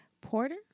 Porter